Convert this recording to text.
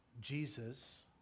Jesus